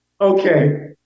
okay